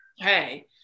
Hey